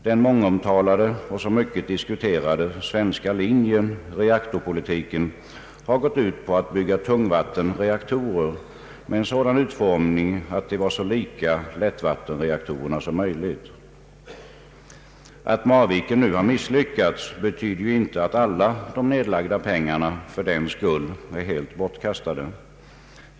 Den mångomtalade och så mycket diskuterade svenska linjen i reaktorpolitiken har gått ut på att bygga tungvattenreaktorer med en sådan utformning att de var så lika lättvattenreaktorerna som möjligt. Att Marviken nu misslyckats betyder ju inte att alla de nedlagda pengarna fördenskull är helt bortkastade.